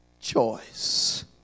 choice